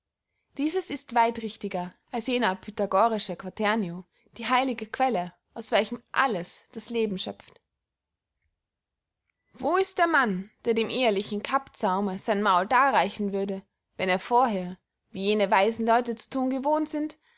dieses ist weit richtiger als jener pythagorische quaternio die heilige quelle aus welcher alles das leben schöpft wo ist der mann der dem ehelichen kapzaume sein maul darreichen würde wenn er vorher wie jene weisen leute zu thun gewohnt sind